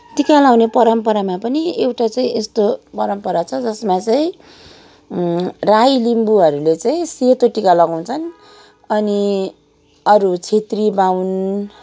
टिका लाउने परम्परामा पनि एउटा यस्तो परम्परा छ जसमा चाहिँ राई लिम्बूहरूले सेतो टिका लगाउँछन् अनि अरू छेत्री बाहुन